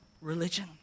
religion